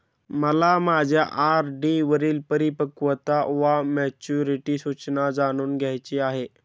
मला माझ्या आर.डी वरील परिपक्वता वा मॅच्युरिटी सूचना जाणून घ्यायची आहे